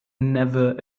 never